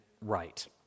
right